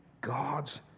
God's